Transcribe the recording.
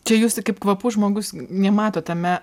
čia jūs tai kaip kvapų žmogus nematot tame